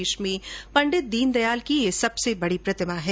देश में पंडित दीनदयाल की यह सबसे बड़ी प्रतिमा है